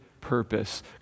purpose